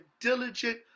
diligent